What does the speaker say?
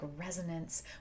resonance